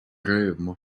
rõõmu